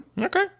Okay